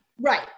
right